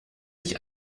sich